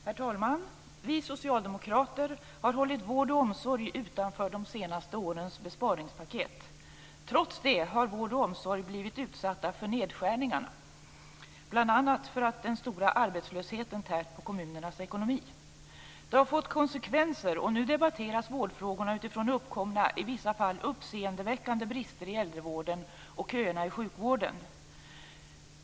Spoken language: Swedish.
Herr talman! Vi socialdemokrater har hållit vård och omsorg utanför de senaste årens besparingspaket. Trots det har vård och omsorg blivit utsatta för nedskärningar, bl.a. för att den stora arbetslösheten tärt på kommunernas ekonomi. Det har fått konsekvenser, och nu debatteras vårdfrågorna utifrån uppkomna, i vissa fall uppseendeväckande brister i äldrevården och köerna i sjukvården.